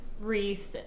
Reese